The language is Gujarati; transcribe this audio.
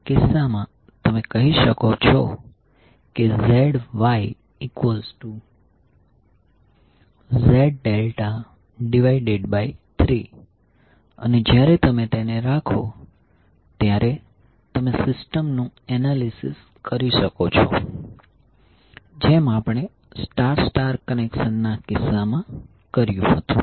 તે કિસ્સામાં તમે કહી શકો છો કે ZYZ∆3 અને જ્યારે તમે તેને રાખો ત્યારે તમે સિસ્ટમ નું એનાલિસિસ કરી શકો છો જેમ આપણે સ્ટાર સ્ટાર કનેક્શનના કિસ્સામાં કર્યું હતું